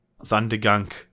Thundergunk